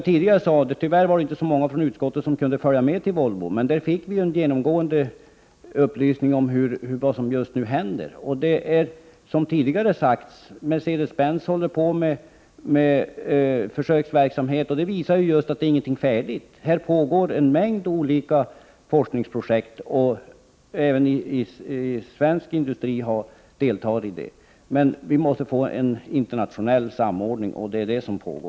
Tyvärr var det inte så många ledamöter från utskottet som kunde följa med till Volvo i Göteborg. Men vi som var med fick ingående upplysningar om vad som händer just nu. Som tidigare har sagts håller Mercedes Benz på med försöksverksamhet, vilket visar att inget nytt avgasreningssystem ännu är färdigt. Det pågår en mängd olika forskningsprojekt, som även svensk industri deltar i. Det är alltså viktigt med internationell samordning på detta område.